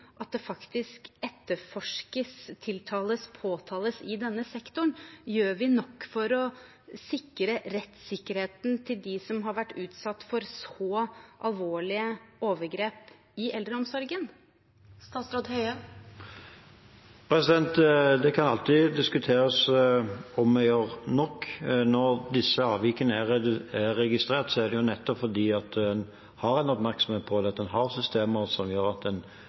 at det faktisk etterforskes, tiltales og påtales i denne sektoren. Gjør vi nok for å sikre rettssikkerheten til dem som har vært utsatt for så alvorlige overgrep i eldreomsorgen? Det kan alltids diskuteres om vi gjør nok. Når disse avvikene er registrert, er det nettopp fordi en har en oppmerksomhet på det, at en har systemer som gjør at en